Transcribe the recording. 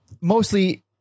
mostly